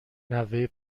نوه